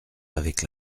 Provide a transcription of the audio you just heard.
avec